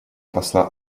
посла